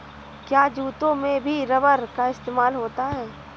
क्या जूतों में भी रबर का इस्तेमाल होता है?